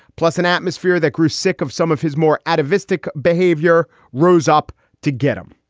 plus an atmosphere that grew sick of some of his more atavistic behavior rose up to get him.